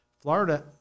Florida